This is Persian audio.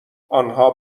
آنها